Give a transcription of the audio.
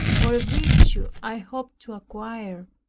or a virtue i hoped to acquire,